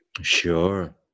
Sure